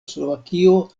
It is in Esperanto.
slovakio